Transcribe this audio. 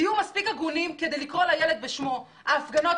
תהיו מספיק הגונים כדי לקרוא לילד בשמו: ההפגנות